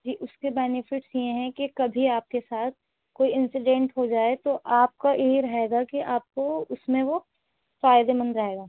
جی اس کے بینیفٹس یہ ہیں کہ کبھی آپ کے ساتھ کوئی انسیڈنٹ ہو جائے تو آپ کا یہ رہے گا کہ آپ کو اس میں وہ فائدے مند رہے گا